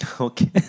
Okay